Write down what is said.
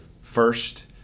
first